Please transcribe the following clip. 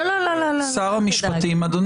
אל תדאג.